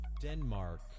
Denmark